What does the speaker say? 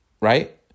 right